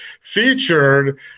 featured